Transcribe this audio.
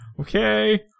Okay